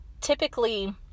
typically